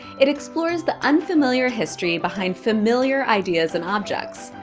it explores the unfamiliar history behind familiar ideas and objects,